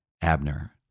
Abner